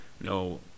No